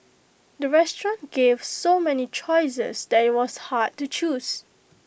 the restaurant gave so many choices that IT was hard to choose